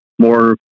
more